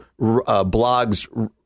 blogs